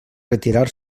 retirar